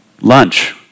lunch